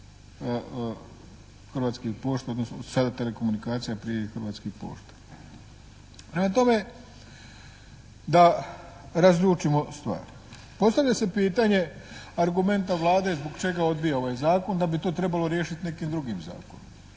Hrvatskih pošta odnosno sada Telekomunikacija a prije i Hrvatskih pošta. Prema tome da razlučimo stvar, postavlja se pitanje argumenta Vlade zbog čega odbija ovaj Zakon? Da bi to trebalo riješiti nekim drugim zakonom.